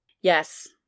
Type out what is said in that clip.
Yes